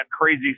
crazy